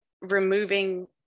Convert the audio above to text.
removing